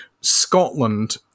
scotland